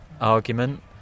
argument